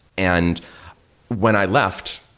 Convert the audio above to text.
and when i left,